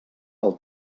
del